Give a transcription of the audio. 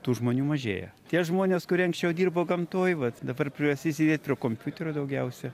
tų žmonių mažėja tie žmonės kurie anksčiau dirbo gamtoj vat dabar priversti sėdėt prie kompiuterio daugiausiai